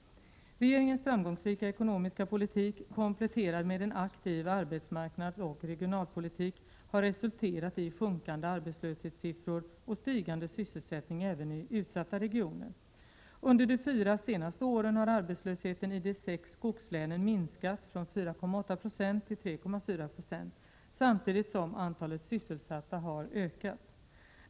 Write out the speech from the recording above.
Regeringens framgångsrika ekonomiska politik, kompletterad med en aktiv arbetsmarknadsoch regionalpolitik har resulterat i sjunkande arbets löshetssiffror och stigande sysselsättning även i utsatta regioner. Under de fyra senaste åren har arbetslösheten i de sex skogslänen minskat från 4,8 96 till 3,4 26, samtidigt som antalet sysselsatta har ökat.